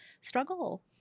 struggle